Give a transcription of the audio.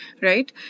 right